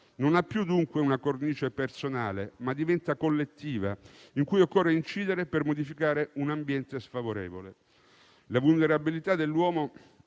non ha più una cornice personale, ma diventa collettiva) e su cui occorre incidere per modificare un ambiente sfavorevole. La vulnerabilità dell'uomo